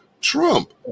Trump